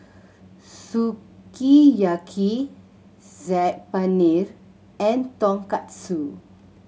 Sukiyaki Saag Paneer and Tonkatsu